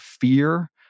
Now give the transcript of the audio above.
fear